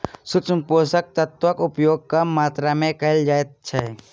सूक्ष्म पोषक तत्वक उपयोग कम मात्रा मे कयल जाइत छै